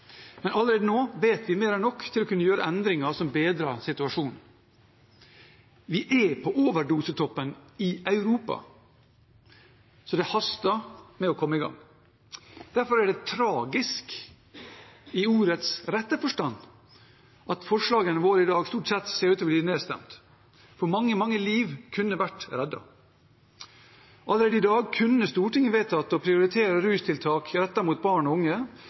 men allerede nå vet vi mer enn nok til å kunne gjøre endringer som bedrer situasjonen. Vi er på overdosetoppen i Europa, så det haster med å komme i gang. Derfor er det tragisk i ordets rette forstand at forslagene våre i dag stort sett ser ut til å bli nedstemt, for mange, mange liv kunne blitt reddet. Allerede i dag kunne Stortinget vedtatt å prioritere rustiltak rettet mot barn og unge,